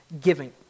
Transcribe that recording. giving